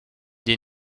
des